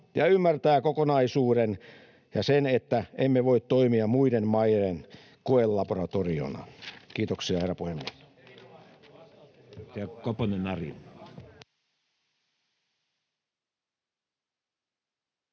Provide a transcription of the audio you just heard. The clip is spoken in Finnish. ja ymmärtää kokonaisuuden ja sen, että emme voi toimia muiden maiden koelaboratoriona. — Kiitoksia, herra puhemies.